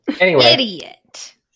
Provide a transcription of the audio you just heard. idiot